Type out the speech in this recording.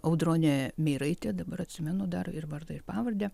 audronė miraitė dabar atsimenu dar ir vardą ir pavardę